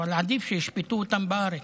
אבל עדיף שישפטו אותם בארץ.